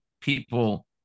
people